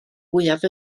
mwyaf